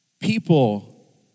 People